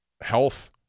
health